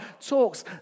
talks